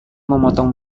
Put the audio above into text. memotong